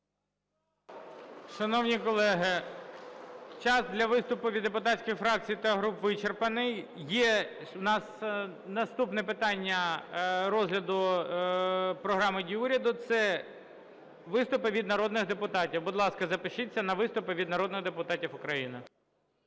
Шановні колеги, час для виступів від депутатських фракцій та груп вичерпаний. Є у нас наступне питання розгляду програми дій уряду, це виступи від народних депутатів. Будь ласка, запишіться на виступи від народних депутатів України.